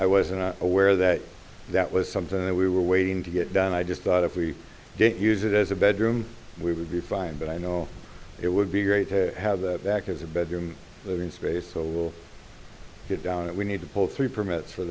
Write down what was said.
i wasn't aware that that was something that we were waiting to get done i just thought if we didn't use it as a bedroom we would be fine but i know it would be great to have that back as a bedroom living space so we'll get down that we need to pull three permits for